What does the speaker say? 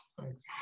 Thanks